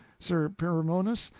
sir perimones,